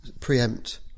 preempt